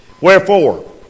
wherefore